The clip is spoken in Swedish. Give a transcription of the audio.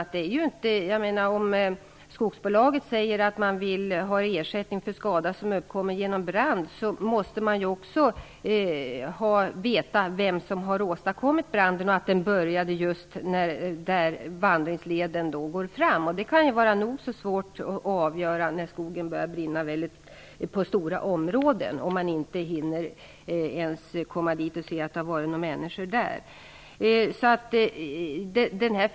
Om skogsbolaget säger att det vill ha ersättning för skada som uppkommer genom brand måste man ju veta vem som åstadkommit branden. Man måste också veta att branden började där vandringsleden går fram. Sådana frågor kan vara nog så svåra att avgöra om skogen brinner på stora områden och om man inte hunnit konstatera att några människor befunnit sig där.